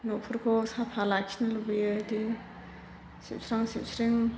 न'फोरखौ साफा लाखिनो लुबैयो बेदि सिबस्रां सिबस्रिं